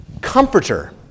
comforter